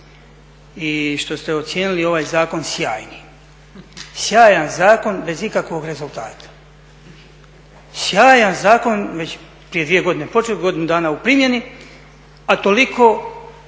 i što ste ocijenili ovaj zakon sjajnim. Sjajan zakon bez ikakvog rezultata. Sjajan zakon, već prije dvije godine, …/Govornik se ne razumije./… godinu dana u primjeni a toliko